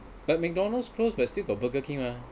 but McDonald's closed but still got burger king mah